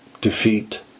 defeat